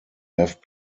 have